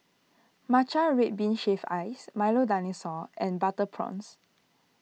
Matcha Red Bean Shaved Ice Milo Dinosaur and Butter Prawns